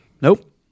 Nope